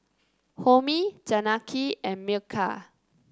Homi Janaki and Milkha